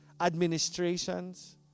administrations